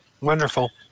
wonderful